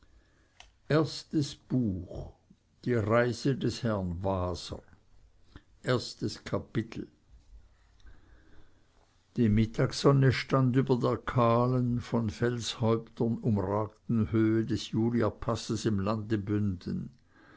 erstes buch die reise des herrn waser erstes kapitel die mittagssonne stand über der kahlen von felshäuptern umragten höhe des julierpasses im lande bünden